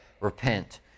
repent